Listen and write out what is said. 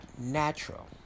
natural